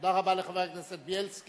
תודה רבה לחבר הכנסת בילסקי.